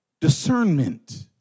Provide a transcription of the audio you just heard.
discernment